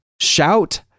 Shout